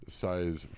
size